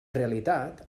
realitat